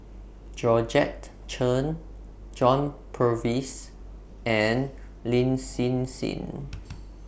Georgette Chen John Purvis and Lin Hsin Hsin